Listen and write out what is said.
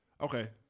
okay